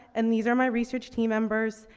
and these are my research team members,